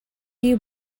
you